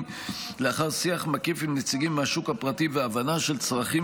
לאחר שיח מקיף עם נציגים מהשוק הפרטי והבנה של צרכים